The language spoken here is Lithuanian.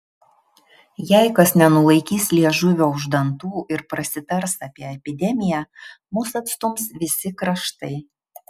jei kas nenulaikys liežuvio už dantų ir prasitars apie epidemiją mus atstums visi kraštai